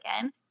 again